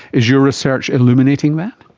is your research illuminating that?